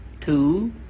Two